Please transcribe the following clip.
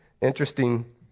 interesting